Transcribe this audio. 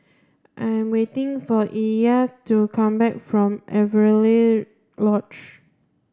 I am waiting for Illya to come back from Avery Lodge